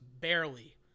barely